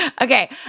Okay